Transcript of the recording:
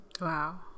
Wow